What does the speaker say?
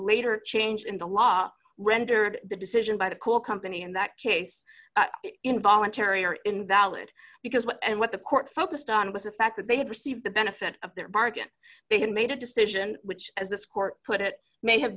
later change in the law rendered the decision by the coal company in that case involuntary or invalid because what and what the court focused on was the fact that they had received the benefit of their bargain they had made a decision which as this court put it may have